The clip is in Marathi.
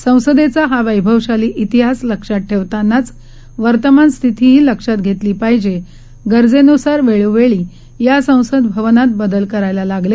संसदेचा हा वैभवशाली इतिहास लक्षात ठेवतानाच वर्तमान स्थितीही लक्षात घेतली पाहिजे गरजेन्सार वेळोवेळी या संसद भवनात बदल करायला लागले